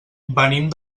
venim